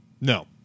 No